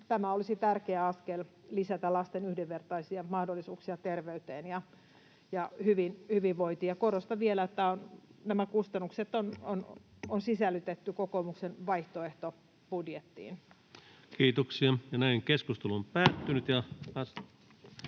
tämä olisi tärkeä askel lisätä lasten yhdenvertaisia mahdollisuuksia terveyteen ja hyvinvointiin. Ja korostan vielä, että nämä kustannukset on sisällytetty kokoomuksen vaihtoehtobudjettiin.